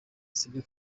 sibyo